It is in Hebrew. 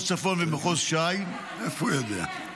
צפון ומחוז ש"י ----- מאיפה הוא יודע?